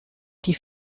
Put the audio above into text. die